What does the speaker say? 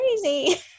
crazy